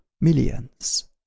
Millions